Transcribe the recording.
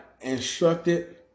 instructed